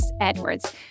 Edwards